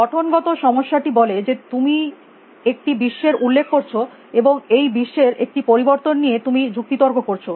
গঠন গত সমস্যাটি বলে যে যদি তুমি একটি বিশ্বের উল্লেখ করছ এবং এই বিশ্বের একটি পরিবর্তন নিয়ে তুমি যুক্তি তর্ক করছ